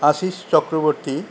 Ashish Chakraborty